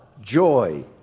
joy